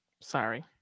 sorry